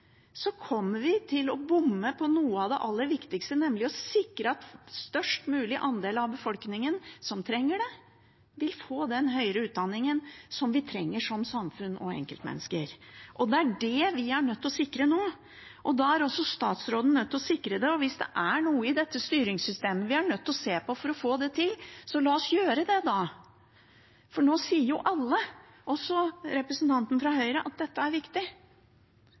kommer vi til å bomme på noe av det aller viktigste, nemlig å sikre at en størst mulig andel av befolkningen som trenger det, vil få den høyere utdanningen vi trenger som samfunn og enkeltmennesker. Det er det vi er nødt til å sikre nå. Da er også statsråden nødt til å sikre det. Og hvis det er noe i dette styringssystemet vi er nødt til å se på for å få det til, la oss gjøre det, for nå sier jo alle, også representanten fra Høyre, at dette er viktig.